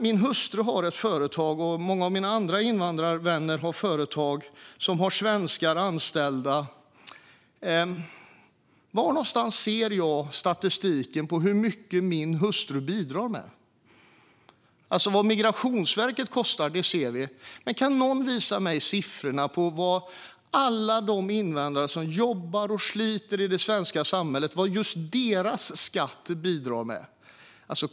Min hustru har ett företag, och många av mina invandrarvänner har företag som har svenskar anställda. Var någonstans ser jag statistik över hur mycket min hustru bidrar med? Vad Migrationsverket kostar ser vi, men kan någon visa mig siffrorna på alla de invandrare som jobbar och sliter i det svenska samhället och vad just deras skatt bidrar med?